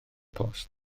post